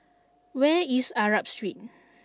where is Arab Street